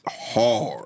hard